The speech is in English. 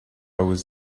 was